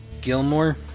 Gilmore